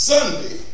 Sunday